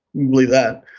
believe that?